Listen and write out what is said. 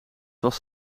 was